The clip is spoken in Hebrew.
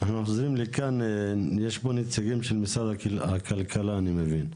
יש פה נציגים של משרד הכלכלה, אני מבין?